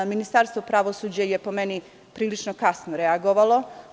Ministarstvo pravosuđa je, po meni, prilično kasno reagovalo.